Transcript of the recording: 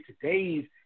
today's